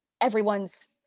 everyone's